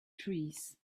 trees